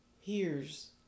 hears